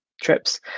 Trips